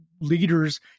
leaders